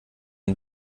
ein